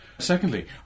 Secondly